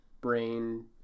brain